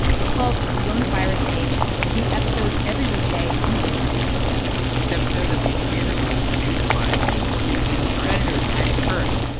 it's called coronavirus daily, with new episodes every weekday in the late afternoon this episode of the indicator was produced by camille petersen. our editor is paddy hirsch,